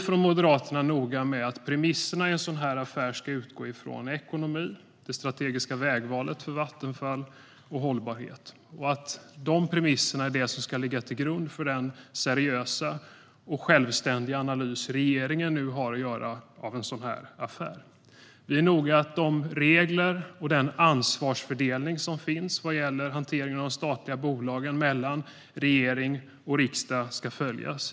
Från Moderaternas sida är vi noga med att premisserna i en sådan här affär ska utgå från ekonomi, det strategiska vägvalet för Vattenfall och hållbarhet. De premisserna ska ligga till grund för den seriösa och självständiga analys som regeringen nu har att göra av den här affären. Vi är också noga med att de regler och den ansvarsfördelning mellan regering och riksdag som finns vad gäller hanteringen av de statliga bolagen ska följas.